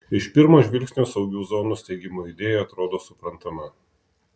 iš pirmo žvilgsnio saugių zonų steigimo idėja atrodo suprantama